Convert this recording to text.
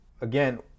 again